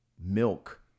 milk